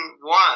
one